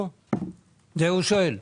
יש לך מושג?